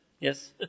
Yes